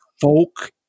folk